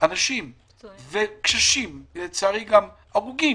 אנשים צעירים וקשישים, ולצערי גם הרוגים,